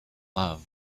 love